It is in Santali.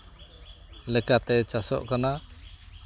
ᱞᱮᱠᱟᱛᱮ ᱪᱟᱥᱚᱜ ᱠᱟᱱᱟ